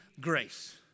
grace